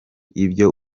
ibyo